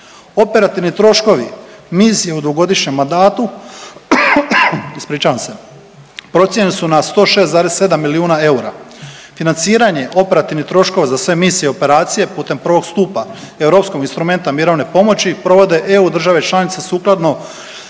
Operativni troškovi misije u dvogodišnjem mandatu, ispričavam se, procijenjene su na 106,7 milijuna eura. Financiranje operativnih troškova za sve misije i operacije putem prvog stupa europskog instrumenta mirovine pomoći provode EU države članice sukladno